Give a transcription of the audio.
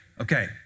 Okay